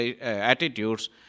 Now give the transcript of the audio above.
attitudes